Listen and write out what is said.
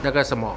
那个什么